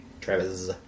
Travis